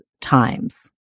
times